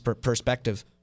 perspective